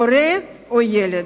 הורה או ילד.